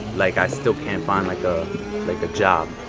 like, i still can't find like ah like a job.